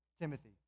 Timothy